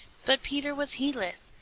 but peter was heedless.